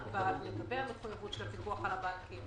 לגבי המחויבות של הפיקוח על הבנקים,